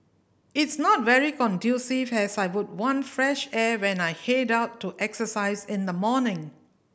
it's not very conducive as I would want fresh air when I head out to exercise in the morning